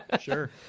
sure